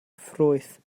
ffrwyth